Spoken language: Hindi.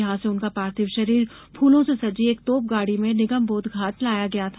यहां से उनका पार्थिव शरीर फूलों से सजी एक तोप गाड़ी में निगमबोध घाट लाया गया था